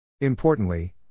Importantly